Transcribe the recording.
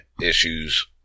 issues